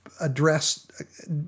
address